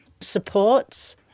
supports